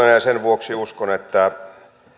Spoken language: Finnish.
sen vuoksi uskon että